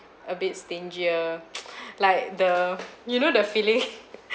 a bit stingier like the you know the feeling